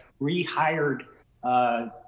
rehired